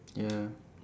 ya